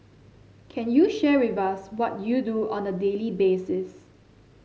can you share with us what you do on a daily basis